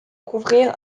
couvrir